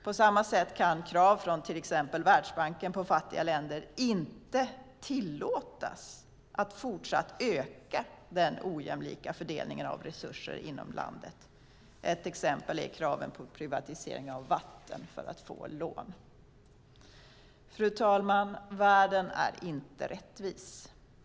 På samma sätt kan krav från till exempel Världsbanken på fattiga länder inte tillåtas att fortsätta öka den ojämlika fördelningen av resurser inom landet. Ett exempel är kraven på privatisering av vatten för att få lån. Fru talman! Världen är inte rättvis.